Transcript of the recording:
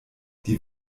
die